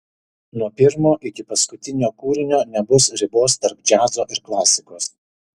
nuo pirmo iki paskutinio kūrinio nebus ribos tarp džiazo ir klasikos